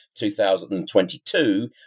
2022